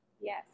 Yes